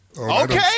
Okay